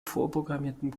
vorprogrammierten